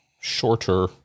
shorter